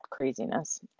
Craziness